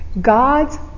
God's